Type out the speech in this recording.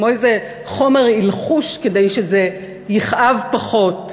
כמו איזה חומר אלחוש, כדי שזה יכאב פחות.